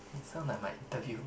sound like my interview